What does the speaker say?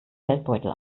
geldbeutel